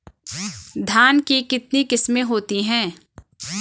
धान की कितनी किस्में होती हैं?